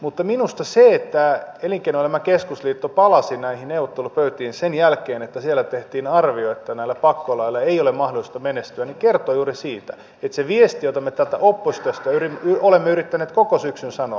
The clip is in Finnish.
mutta minusta se että elinkeinoelämän keskusliitto palasi näihin neuvottelupöytiin sen jälkeen että siellä tehtiin arvio että näillä pakkolailla ei ole mahdollisuutta menestyä kertoo juuri siitä viestistä jota me täältä oppositiosta olemme yrittäneet koko syksyn sanoa